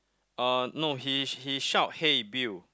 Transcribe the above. uh no he he shout hey Bill